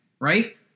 right